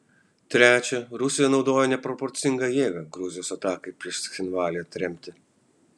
trečia rusija naudojo neproporcingą jėgą gruzijos atakai prieš cchinvalį atremti